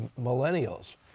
millennials